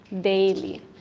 daily